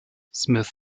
smith